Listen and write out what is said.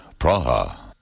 Praha